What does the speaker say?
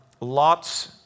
Lot's